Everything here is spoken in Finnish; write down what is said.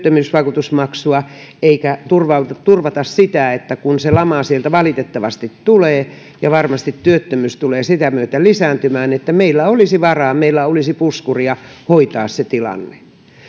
työttömyysvakuutusmaksua eikä turvata turvata sitä että kun se lama sieltä valitettavasti tulee ja varmasti työttömyys tulee sitä myötä lisääntymään niin meillä olisi varaa meillä olisi puskuria hoitaa se tilanne